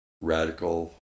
radical